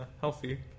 healthy